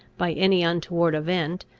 by any untoward event,